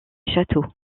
châteaux